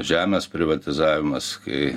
žemės privatizavimas kai